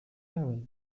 level